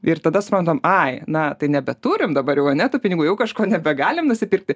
ir tada suprantam ai na tai nebeturim dabar jau ne tų pinigų jau kažko nebegalime nusipirkti